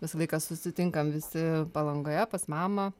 visą laiką susitinkam visi palangoje pas mamą